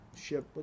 ship